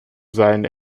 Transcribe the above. seinen